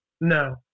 No